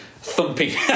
thumping